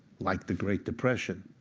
like the great depression,